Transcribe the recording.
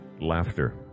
laughter